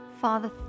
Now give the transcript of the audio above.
father